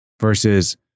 Versus